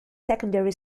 secondary